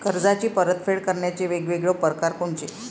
कर्जाची परतफेड करण्याचे वेगवेगळ परकार कोनचे?